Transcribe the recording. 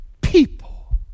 people